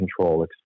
control